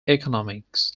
economies